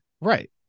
right